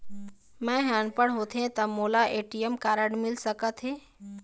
मैं ह अनपढ़ होथे ता मोला ए.टी.एम कारड मिल सका थे?